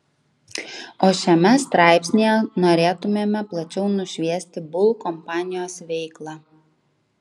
o šiame straipsnyje norėtumėme plačiau nušviesti bull kompanijos veiklą